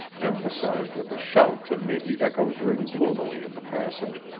emphasized with a shout that made the echoes ring gloomily in the passage.